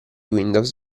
windows